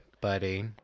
buddy